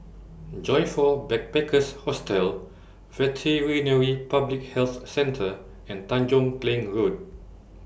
Joyfor Backpackers' Hostel Veterinary Public Health Centre and Tanjong Kling Road